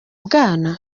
bwana